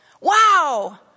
Wow